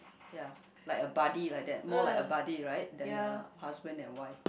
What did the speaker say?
ya like a buddy like that more like a buddy right than a husband and wife